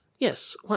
Yes